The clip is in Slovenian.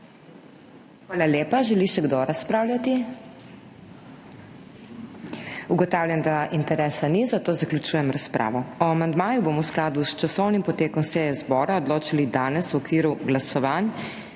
Hvala lepa. Želi še kdo razpravljati? Ugotavljam, da interesa ni, zato zaključujem razpravo. O amandmaju bomo v skladu s časovnim potekom seje zbora odločali danes v okviru glasovanj,